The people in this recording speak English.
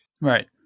Right